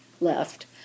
left